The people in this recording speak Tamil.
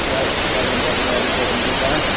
ஜா ஜாதகம் பார்க்கணும் யாருக்கு சார் உங்களுக்கா